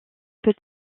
peut